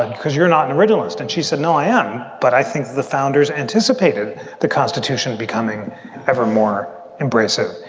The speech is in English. because you're not an originalist. and she said, no, i am. but i think the founders anticipated the constitution becoming ever more embracing.